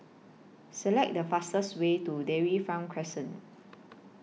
Select The fastest Way to Dairy Farm Crescent